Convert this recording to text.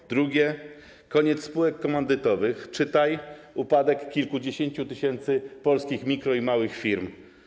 Po drugie, koniec spółek komandytowych, czytaj: upadek kilkudziesięciu tysięcy polskich mikro- i małych firm.